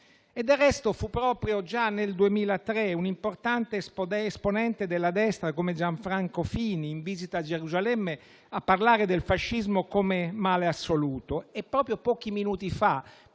Del resto, già nel 2003 fu un importante esponente della destra come Gianfranco Fini, in visita a Gerusalemme, a parlare del fascismo come male assoluto. E proprio pochi minuti fa